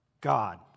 God